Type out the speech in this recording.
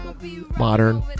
Modern